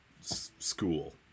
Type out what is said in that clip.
school